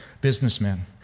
Businessmen